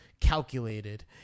calculated